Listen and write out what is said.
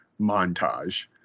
montage